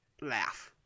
laugh